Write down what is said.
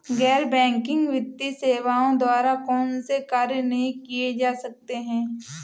गैर बैंकिंग वित्तीय सेवाओं द्वारा कौनसे कार्य नहीं किए जा सकते हैं?